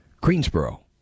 Greensboro